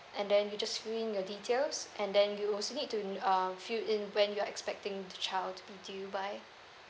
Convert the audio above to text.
and then you just fill in your details and then you also need to uh fill in when you are expecting the child to be due by